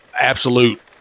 absolute